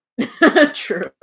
True